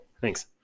Thanks